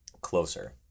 closer